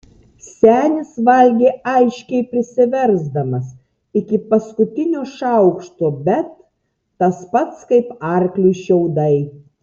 senis valgė aiškiai prisiversdamas iki paskutinio šaukšto bet tas pats kaip arkliui šiaudai